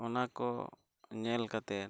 ᱚᱱᱟᱠᱚ ᱧᱮᱞ ᱠᱟᱛᱮᱫ